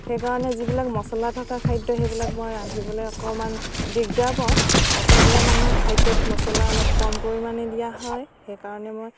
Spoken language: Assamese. সেইকাৰণে যিবিলাক মচলা থকা খাদ্য় সেইবিলাক মই ৰান্ধিবলৈ অকণমান দিগদাৰ পাওঁ অসমীয়া মানুহে খাদ্য়ত মচলা অলপ কম পৰিমাণে দিয়া হয় সেইকাৰণে মই